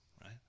right